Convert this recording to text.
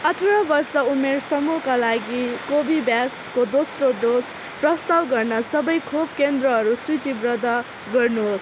अठार वर्ष उमेर समूहका लागि कर्बेभ्याक्सको दोस्रो डोज प्रस्ताव गर्ने सबै खोप केन्द्रहरू सूचीबद्ध गर्नुहोस्